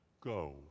Go